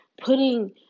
Putting